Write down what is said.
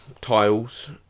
tiles